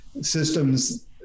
systems